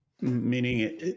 Meaning